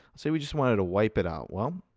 say we just wanted to wipe it out. well,